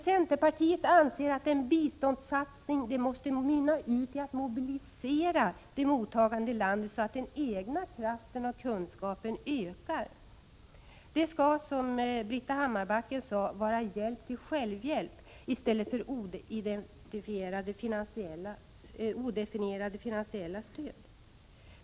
Centerpartiet anser att en biståndssatsning måste mynna ut i en mobilisering i det mottagande landet, så att den egna kraften och kunskapen ökar. Det skall, som Britta Hammarbacken sade, vara hjälp till självhjälp i stället för odefinierat finansiellt stöd.